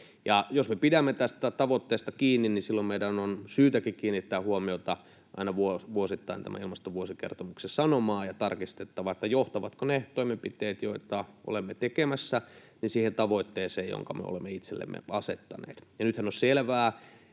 jos me pidämme tästä tavoitteesta kiinni, niin silloin meidän on syytäkin kiinnittää huomiota aina vuosittain tämän ilmastovuosikertomuksen sanomaan, ja on tarkistettava, johtavatko ne toimenpiteet, joita olemme tekemässä, siihen tavoitteeseen, jonka me olemme itsellemme asettaneet. Ja nythän on selvää,